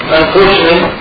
unfortunately